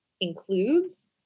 includes